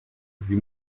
sie